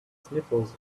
sniffles